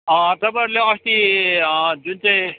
तपाईँहरूले अस्ति जुन चाहिँ